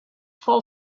full